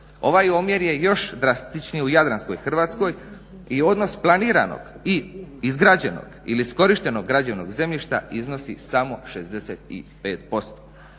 Ovaj omjer je još drastičniji u jadranskoj Hrvatskoj i odnos planiranog i izgrađenog ili iskorištenog građevnog zemljišta iznosi samo 65%.